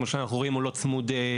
כמו שאנחנו רואים הוא לא צמוד בינוי,